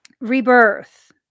rebirth